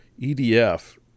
EDF